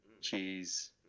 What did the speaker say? cheese